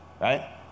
right